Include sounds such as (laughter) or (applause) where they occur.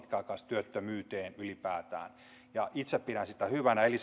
pitkäaikaistyöttömyyteen ylipäätään itse pidän sitä hyvänä eli (unintelligible)